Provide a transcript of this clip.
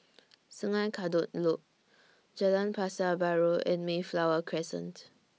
Sungei Kadut Loop Jalan Pasar Baru and Mayflower Crescent